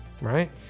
right